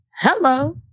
Hello